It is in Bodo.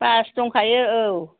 बास दंखायो औ